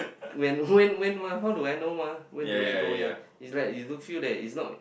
when when when mah how do I know mah when to let go yea it's like you don't feel that it's not